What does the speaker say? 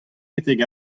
betek